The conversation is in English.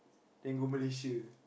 then go Malaysia